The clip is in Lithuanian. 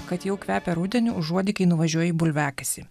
kad jau kvepia rudeniu užuodi kai nuvažiuoji į bulviakasį